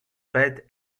bad